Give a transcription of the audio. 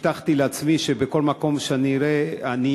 אני הבטחתי לעצמי שבכל מקום שאני אהיה,